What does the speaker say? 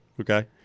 Okay